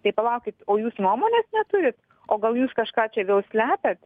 tai palaukit o jūs nuomonės neturit o gal jūs kažką čia vėl slepiat